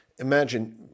Imagine